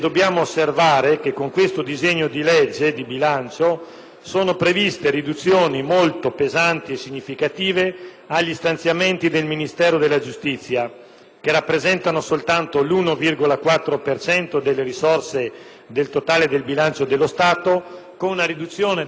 sono previste riduzioni molto pesanti e significative agli stanziamenti del Ministero della giustizia, che rappresentano soltanto l'1,4 per cento delle risorse totali del bilancio dello Stato, con una riduzione del 4,1 per cento rispetto all'esercizio precedente.